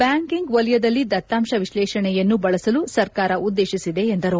banking ವಲಯದಲ್ಲಿ ದತ್ತಾಂಶ ವಿಶ್ಲೇಷಣೆಯನ್ನು ಬಳಸಲು ಸರ್ಕಾರ ಉದ್ದೇಶಿಸಿದೆ ಎಂದರು